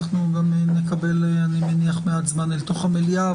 אנחנו נקבל גם מעט זמן אל תוך המליאה.